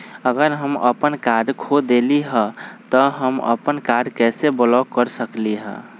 अगर हम अपन कार्ड खो देली ह त हम अपन कार्ड के कैसे ब्लॉक कर सकली ह?